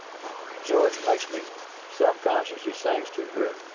george makes me self concious he sings too good!